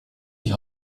die